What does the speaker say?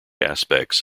aspects